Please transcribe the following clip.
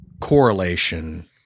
correlation